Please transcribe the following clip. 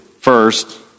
First